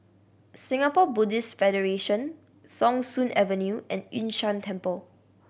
Singapore Buddhist Federation Thong Soon Avenue and Yun Shan Temple